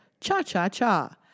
cha-cha-cha